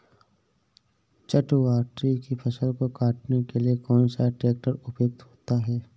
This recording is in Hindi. चटवटरी की फसल को काटने के लिए कौन सा ट्रैक्टर उपयुक्त होता है?